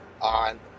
On